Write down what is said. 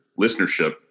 listenership